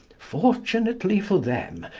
fortunately for them,